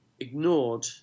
Ignored